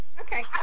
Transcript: Okay